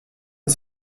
une